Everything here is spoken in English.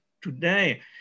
today